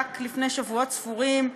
רק לפני שבועות ספורים,